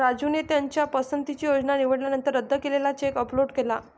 राजूने त्याच्या पसंतीची योजना निवडल्यानंतर रद्द केलेला चेक अपलोड केला